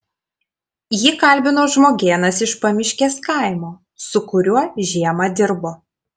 jį kalbino žmogėnas iš pamiškės kaimo su kuriuo žiemą dirbo